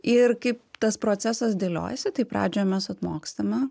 ir kaip tas procesas dėliojasi taip pradžioje mes atmokstame